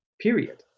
period